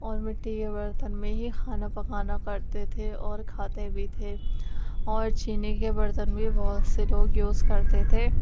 اور مٹی کے برتن میں ہی کھانا پکانا کرتے تھے اور کھاتے بھی تھے اور چینی کے برتن بھی بہت سے لوگ یوز کرتے تھے